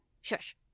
shush